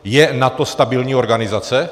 Je NATO stabilní organizace?